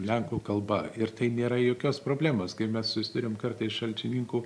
lenkų kalba ir tai nėra jokios problemos kaip mes susiduriam kartais šalčininkų